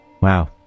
Wow